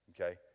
okay